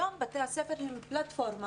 היום בתי הספר עם פלטפורמה